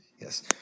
Yes